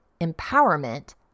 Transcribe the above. empowerment